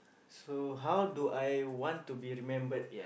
so how do I want to be remembered